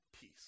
Peace